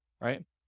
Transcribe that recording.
Right